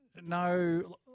no